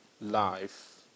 life